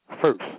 first